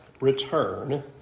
return